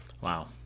Wow